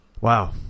wow